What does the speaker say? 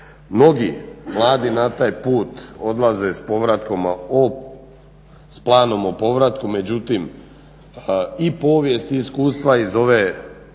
Mnogi mladi na taj put odlaze s planom o povratku, međutim i povijest i iskustva iz ove